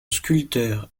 sculpteur